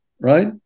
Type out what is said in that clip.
right